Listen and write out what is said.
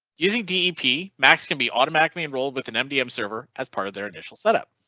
using dp max can be automatically enrolled with an mdm server as part of their initial setup.